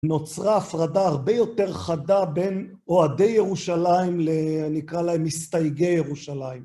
נוצרה הפרדה הרבה יותר חדה בין אוהדי ירושלים ל... נקרא להם מסתייגי ירושלים.